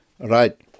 Right